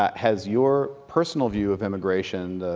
ah has your personal view of immigration,